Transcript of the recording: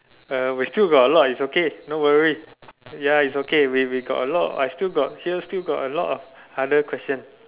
uh we still got a lot it's okay don't worry ya it's okay we we got a lot I still got here still got a lot of other questions